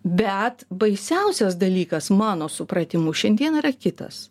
bet baisiausias dalykas mano supratimu šiandien yra kitas